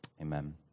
Amen